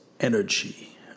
energy